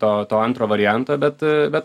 to to antro varianto bet bet